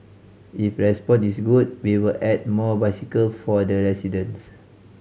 if response is good we will add more bicycle for the residents